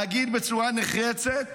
ולהגיד בצורה נחרצת